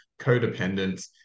codependence